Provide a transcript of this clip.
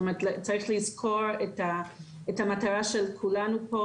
זאת אומרת, צריך לזכור את המטרה של כולנו פה.